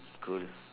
cool